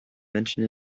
menschen